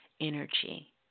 energy